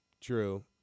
True